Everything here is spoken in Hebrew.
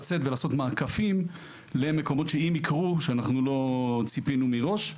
לצאת ולעשות מעקפים למקומות שאם יקרו שאנחנו לא ציפינו מראש.